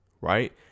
right